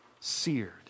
seared